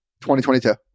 2022